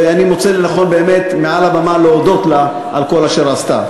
ואני באמת מוצא לנכון להודות לה מעל הבמה על כל אשר עשתה.